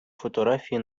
фотографії